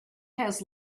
has